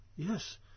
yes